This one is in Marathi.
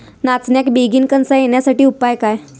नाचण्याक बेगीन कणसा येण्यासाठी उपाय काय?